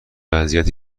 وضعیت